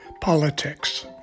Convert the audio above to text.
politics